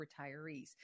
retirees